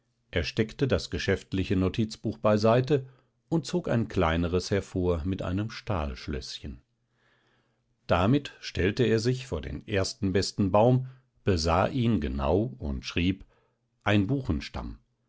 er steckte das geschäftliche notizbuch beiseite und zog ein kleineres hervor mit einem stahlschlößchen damit stellte er sich vor den ersten besten baum besah ihn genau und schrieb ein buchenstamm